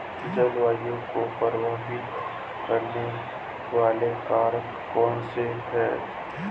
जलवायु को प्रभावित करने वाले कारक कौनसे हैं?